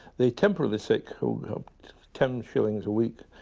the temporarily sick, who have ten shillings a week,